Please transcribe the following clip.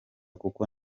kuko